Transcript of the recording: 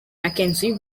mackenzie